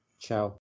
Ciao